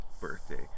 birthday